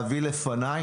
הבאה.